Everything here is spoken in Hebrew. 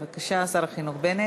בבקשה, שר החינוך בנט.